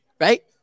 Right